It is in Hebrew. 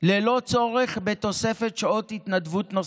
ללא צורך בתוספת שעות התנדבות.